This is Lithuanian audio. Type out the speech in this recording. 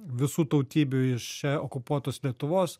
visų tautybių iš e okupuotos lietuvos